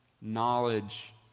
knowledge